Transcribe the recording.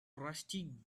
rusty